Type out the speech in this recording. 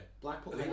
Blackpool